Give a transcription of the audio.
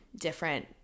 different